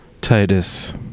Titus